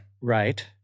Right